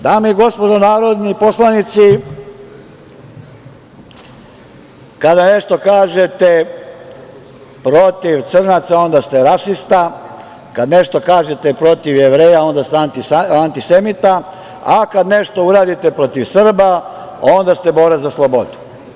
Dame i gospodo narodni poslanici, kada nešto kažete protiv Crnaca onda ste rasista, kada nešto kažete protiv Jevreja onda ste antisemita, a kada nešto uradite protiv Srba onda ste borac za slobodu.